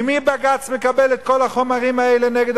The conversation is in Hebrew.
ממי בג"ץ מקבל את כל החומרים האלה נגד